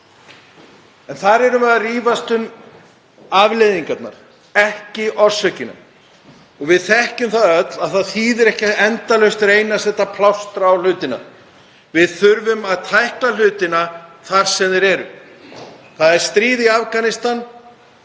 Þar erum við að rífast um afleiðingarnar, ekki orsökina. Við þekkjum það öll að það þýðir ekki endalaust að reyna að setja plástra á hlutina. Við þurfum að tækla hlutina þar sem þeir eru. Það er stríð í Afganistan,